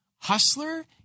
Hustler